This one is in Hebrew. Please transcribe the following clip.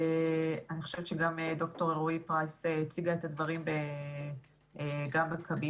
אני חושבת שגם ד"ר אלרעי-פרייס הציגה את הדברים גם בקבינט,